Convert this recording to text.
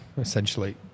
essentially